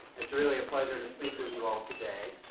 it's really a pleasure to speak with you all today.